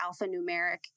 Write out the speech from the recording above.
alphanumeric